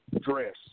dress